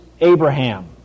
Abraham